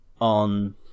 on